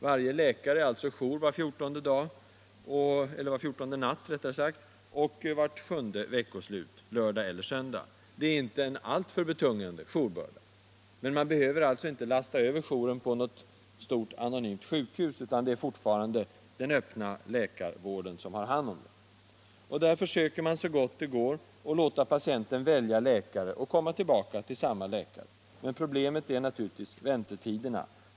Varje läkare är alltså jour var fjortonde natt och vart sjunde veckoslut, lördag eller söndag. Det är inte en alltför betungande jourbörda. Man behöver alltså inte lasta över jouren på ett stort anonymt sjukhus utan det är fortfarande den öppna läkarvården som har hand om den. Där söker man så gott det går att låta patienten välja läkare och komma tillbaka till samma läkare. Problemet är naturligtvis väntetiderna.